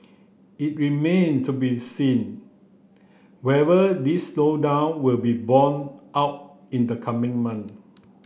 it remain to be seen whether this slowdown will be borne out in the coming month